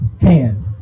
hand